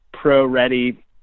pro-ready